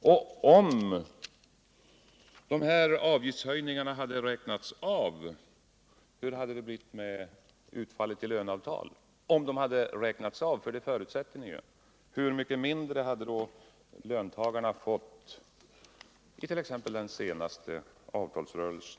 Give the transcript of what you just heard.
Hur hade det blivit med utfallet i löneavtalen, om de avgiftshöjningar som ni föreslagit hade räknats av från löneutrymmet, för det förutsätter ni ju? Hur mycket mindre hade då löntagarna fått i den senaste avtalsrörelsen?